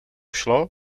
šlo